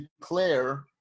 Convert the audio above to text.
declare